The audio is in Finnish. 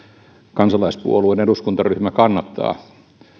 kansalaispuolueen eduskuntaryhmä kannattaa